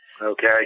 Okay